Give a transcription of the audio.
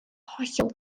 hollol